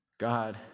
God